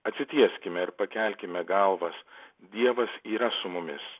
atsitieskime ir pakelkime galvas dievas yra su mumis